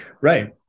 Right